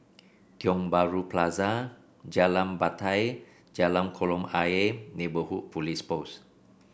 Tiong Bahru Plaza Jalan Batai Jalan Kolam Ayer Neighbourhood Police Post